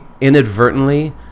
inadvertently